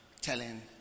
telling